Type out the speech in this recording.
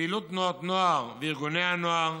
פעילות תנועות נוער וארגוני הנוער,